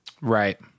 Right